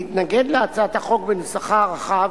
להתנגד להצעת החוק בנוסחה הרחב,